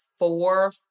Four